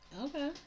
Okay